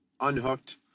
Unhooked